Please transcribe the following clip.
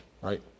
right